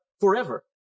forever